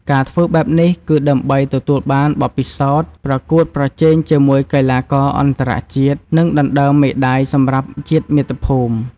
ការធ្វើបែបនេះគឺដើម្បីទទួលបានបទពិសោធន៍ប្រកួតប្រជែងជាមួយកីឡាករអន្តរជាតិ និងដណ្ដើមមេដាយសម្រាប់ជាតិមាតុភូមិ។